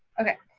okay,